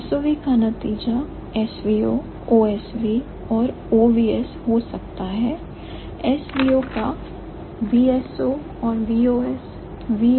SOV का नतीजा SVO OSV और OVS हो सकता है SVO का VSO और VOS